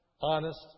honest